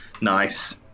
nice